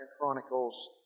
Chronicles